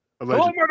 Allegedly